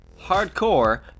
hardcore